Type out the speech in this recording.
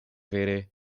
vere